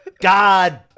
God